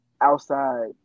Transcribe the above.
outside